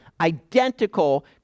identical